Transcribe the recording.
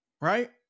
right